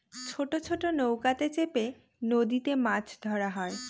ছোট ছোট নৌকাতে চেপে নদীতে মাছ ধরা হয়